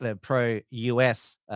pro-US